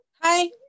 Hi